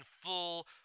full